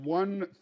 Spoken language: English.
One